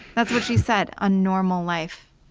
that's what she said. a normal life.